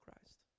Christ